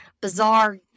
Bizarre